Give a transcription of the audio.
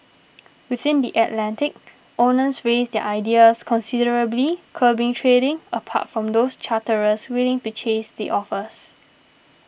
within the Atlantic owners raised their ideas considerably curbing trading apart from those charterers willing to chase the offers